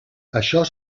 això